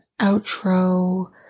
outro